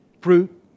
Fruit